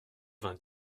vingt